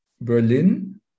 Berlin